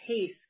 pace